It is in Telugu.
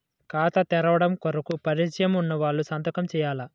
ఖాతా తెరవడం కొరకు పరిచయము వున్నవాళ్లు సంతకము చేయాలా?